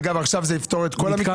אגב, עכשיו, זה יפתור את כל המקרים?